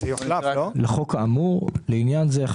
לעניין זה,